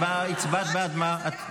הצבעת בעד מה?